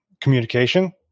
communication